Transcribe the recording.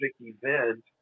event